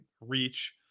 reach